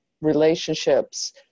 relationships